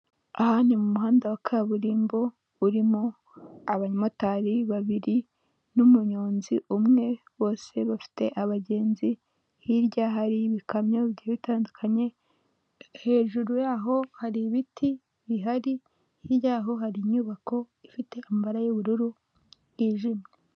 Aha ni mu muhanda wa kaburimbo, urimo abamotari babiri n'umuyonzi umwe, bose bafite abagenzi, hirya hari ibikamyo bigiye bitandukanye, hejuru yaho hari ibiti bihari, hirya yaho hari inyubako ifite amabara y'ubururu bwijimye.